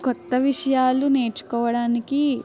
కొత్త విషయాలు నేర్చుకోవడానికి